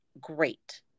great